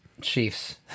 Chiefs